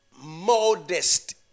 modest